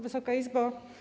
Wysoka Izbo!